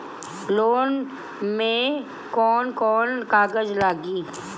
Loan में कौन कौन कागज लागी?